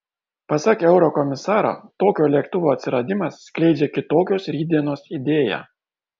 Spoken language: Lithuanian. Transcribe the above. pasak eurokomisaro tokio lėktuvo atsiradimas skleidžia kitokios rytdienos idėją